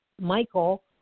Michael